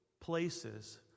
places